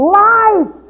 life